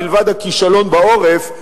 מלבד הכישלון בעורף,